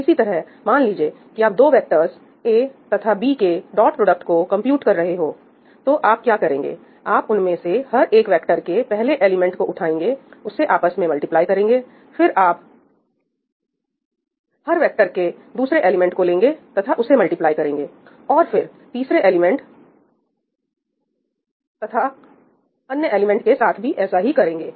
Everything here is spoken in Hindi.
इसी तरह मान लीजिए कि आप दो वेक्टर्स A तथा B के डॉट प्रोडक्ट को कंप्यूट कर रहे हैं तो आप क्या करेंगे आप उनमें से हर एक वेक्टर के पहले एलिमेंट को उठाएंगे उसे आपस में मल्टीप्लाई करेंगे फिर आप हर वेक्टर के दूसरे एलिमेंट को लेंगे तथा उसे मल्टीप्लाई करेंगेऔर फिर तीसरे एलिमेंट तथा अन्य एलिमेंट के साथ भी ऐसा ही करेंगे